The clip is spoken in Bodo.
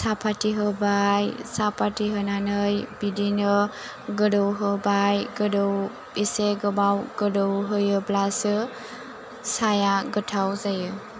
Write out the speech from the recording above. साफाथि होबाय साफाथि होनानै बिदिनो गोदौ होबाय गोदौ इसे गोबाव गोदौ होयोब्लासो साया गोथाव जायो